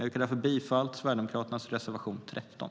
Jag yrkar därför bifall till Sverigedemokraternas reservation 13.